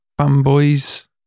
fanboys